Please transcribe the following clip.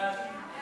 סעיף 1